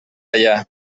allà